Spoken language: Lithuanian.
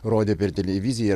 rodė per televiziją